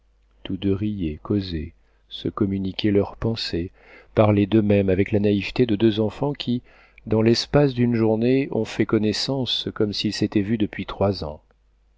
tous deux riaient causaient se communiquaient leurs pensées parlaient d'eux-mêmes avec la naïveté de deux enfants qui dans l'espace d'une journée ont fait connaissance comme s'ils s'étaient vus depuis trois ans